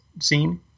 scene